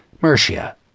Mercia